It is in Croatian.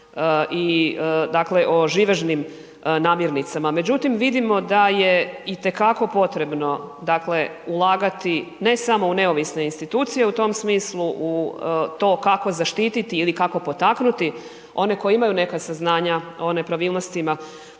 i dakle o živežnim namirnicama. Međutim, vidimo da je itekako potrebno dakle ulagati ne samo u neovisne institucije u tom smislu u to kako zaštititi ili kako potaknuti one koji imaju neka saznanja o nepravilnostima